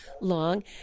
long